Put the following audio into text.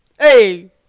Hey